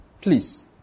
please